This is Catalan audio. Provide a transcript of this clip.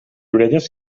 orelles